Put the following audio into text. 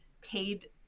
paid